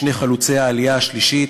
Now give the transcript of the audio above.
שני חלוצי העלייה השלישית,